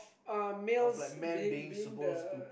uh males being being the